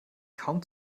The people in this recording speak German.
kaum